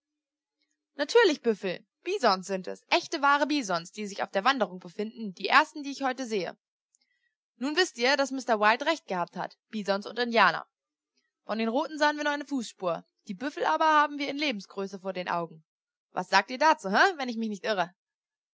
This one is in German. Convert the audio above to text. natürlich büffel bisons sind es echte wahre bisons die sich auf der wanderung befinden die ersten die ich heuer sehe nun wißt ihr daß mr white recht gehabt hat bisons und indianer von den roten sahen wir nur eine fußspur die büffel aber haben wir in lebensgröße vor den augen was sagt ihr dazu he wenn ich mich nicht irre